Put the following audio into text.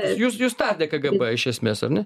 jus jus tardė kgb iš esmės ar ne